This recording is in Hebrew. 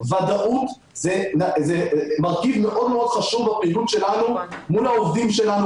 ודאות זה מרכיב מאוד מאוד חשוב בפעילות שלנו מול העובדים שלנו,